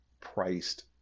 priced